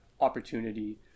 opportunity